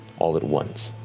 all at once.